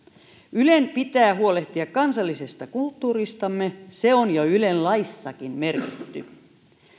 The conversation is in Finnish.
ylen pitää huolehtia kansallisesta kulttuuristamme se on jo yle laissakin merkitty